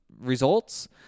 results